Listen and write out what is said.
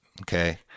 Okay